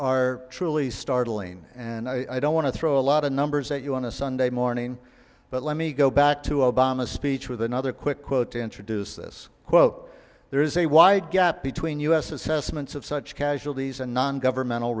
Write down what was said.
are truly startling and i don't want to throw a lot of numbers at you on a sunday morning but let me go back to obama's speech with another quick quote to introduce this quote there is a wide gap between u s assessments of such casualties and non governmental